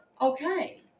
Okay